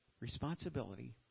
responsibility